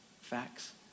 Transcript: facts